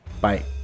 Bye